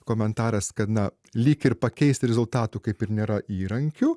komentaras kad na lyg ir pakeisti rezultatų kaip ir nėra įrankiu